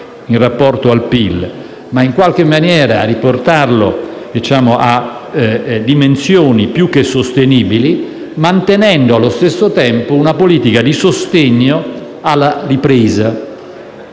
in rapporto al PIL, ma anche che venga riportato a dimensioni più che sostenibili, mantenendo allo stesso tempo una politica di sostegno alla ripresa.